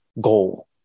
goal